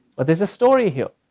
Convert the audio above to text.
but there's a story here.